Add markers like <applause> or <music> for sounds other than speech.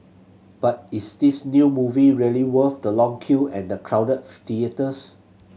but is this new movie really worth the long queue and the crowded <unintelligible> theatres